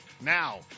now